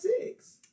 six